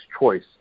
choice